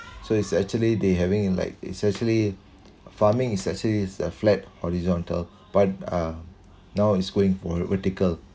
so it's actually they having in like essentially farming is actually is a flat horizontal but uh now it's going for vertical